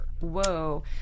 Whoa